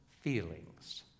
feelings